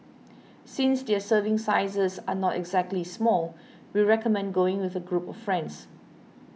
since their serving sizes are not exactly small we recommend going with a group of friends